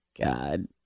God